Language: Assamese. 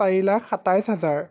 চাৰি লাখ সাতাইছ হাজাৰ